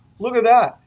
look at that.